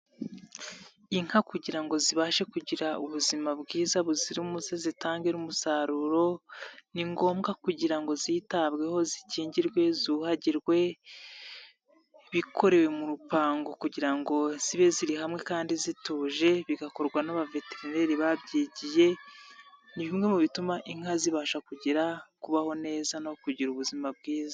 Inka kugira ngo zibashe kugira ubuzima bwiza buzira umuze zitange umusaruro ni ngombwa kugira ngo zitabweho, zikingirwe, zubahagirwe, bikorewe mu rupangu kugira ngo zibe ziri hamwe kandi zituje bigakorwa n'abaveteneri babyigiye, ni bimwe mu bituma inka zibasha kugira kubaho neza no kugira ubuzima bwiza.